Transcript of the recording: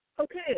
Okay